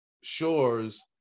shores